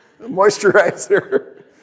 moisturizer